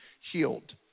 healed